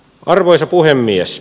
arvoisa puhemies